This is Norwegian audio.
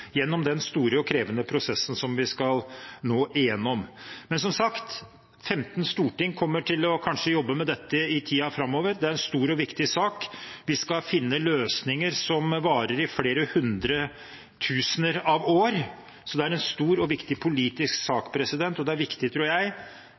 gjennom den store og krevende prosessen som vi nå skal igjennom. Som sagt kommer kanskje 15 storting til å jobbe med dette i tiden framover. Det er en stor og viktig sak. Vi skal finne løsninger som varer i flere hundretusener av år, så det er en stor og viktig politisk sak.